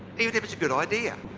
even if it's a good idea.